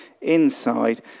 inside